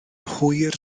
hwyr